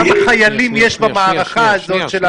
כמה חיילים יש במערכה הזאת.